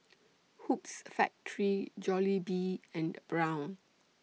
Hoops Factory Jollibee and Braun